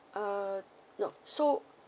uh no so